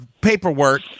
paperwork